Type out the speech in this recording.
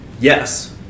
yes